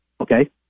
okay